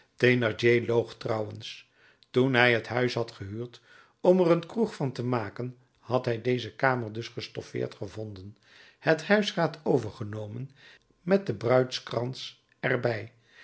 loog trouwens toen hij het huis had gehuurd om er een kroeg van te maken had hij deze kamer dus gestoffeerd gevonden het huisraad overgenomen met den bruidskrans er